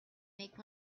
make